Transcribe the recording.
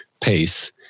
pace